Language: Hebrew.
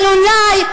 אבל אולי,